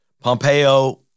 Pompeo